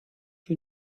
you